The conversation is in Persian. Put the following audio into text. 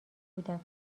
کودکان